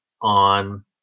on